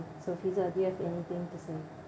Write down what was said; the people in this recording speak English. so fizah do you have anything to say